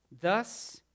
thus